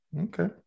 Okay